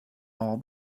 all